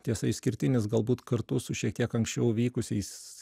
tiesa išskirtinis galbūt kartu su šiek tiek anksčiau vykusiais